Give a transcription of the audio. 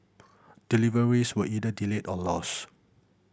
deliveries were either delayed or lost